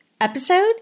episode